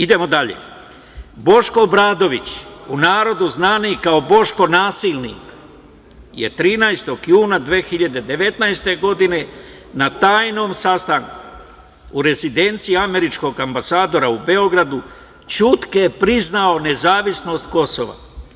Idemo dalje, Boško Obradović, u narodu znani kao Boško nasilnik, je 13. juna 2019. godine, na tajnom sastanku, u rezidenciji američkog ambasadora, u Beogradu, ćutke priznao nezavisnost Kosova.